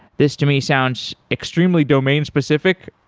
this to me sounds extremely domain-specific,